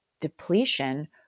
depletion